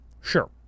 Sure